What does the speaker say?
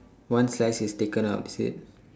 one slice is taken out is it